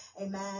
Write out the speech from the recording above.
amen